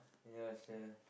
ya sia